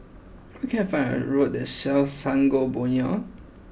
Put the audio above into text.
where can I find a road that sells Sangobion